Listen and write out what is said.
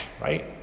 Right